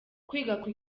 kwiga